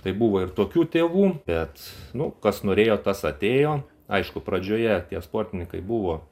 tai buvo ir tokių tėvų bet nu kas norėjo tas atėjo aišku pradžioje tie sportininkai buvo